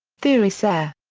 theory ser.